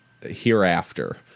Hereafter